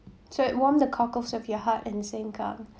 sorry warm the cockles of your heart in sengkang